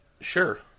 Sure